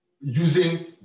Using